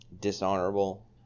dishonorable